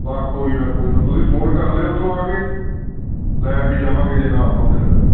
ਬਾ ਕੋਈ ਨਾ ਕੋਈ ਨਾ ਤੁਸੀਂ ਫੋਨ ਕਰ ਲਿਓ ਉੱਥੋਂ ਆ ਕੇ ਲੈ ਵੀ ਜਾਵਾਂਗੇ ਜੇ ਨਾ ਸਮਝ ਲੱਗਿਆ ਤੁਹਾਨੂੰ